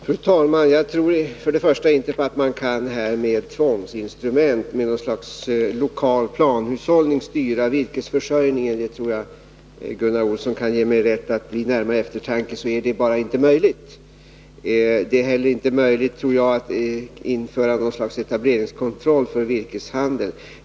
Fru talman! Jag tror inte att man med tvångsinstrument — med något slags lokal planhushållning — kan styra virkesförsörjningen. Jag tror att Gunnar Olsson vid närmare eftertanke kan ge mig rätt i att detta bara inte är möjligt. Det är inte heller möjligt, tror jag, att införa något slags etableringskontroll för virkeshandeln.